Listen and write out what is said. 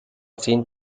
zehn